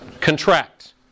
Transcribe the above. Contract